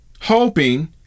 hoping